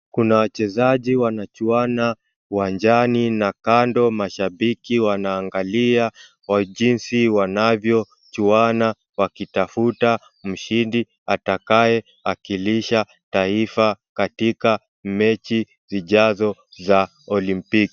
Kuna wachezaji wanachuana uwanjani na kando mashabaki wanaangalia jinsi wanavyochuana wakitafuta mshindi atakaye akilisha taifa katika mechi zijazo za olimpiki.